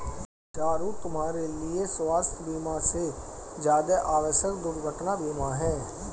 चारु, तुम्हारे लिए स्वास्थ बीमा से ज्यादा आवश्यक दुर्घटना बीमा है